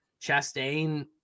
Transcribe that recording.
Chastain